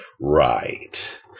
Right